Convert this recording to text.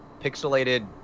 pixelated